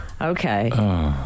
Okay